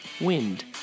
wind